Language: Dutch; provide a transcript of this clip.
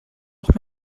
nog